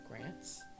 grants